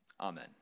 Amen